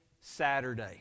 Saturday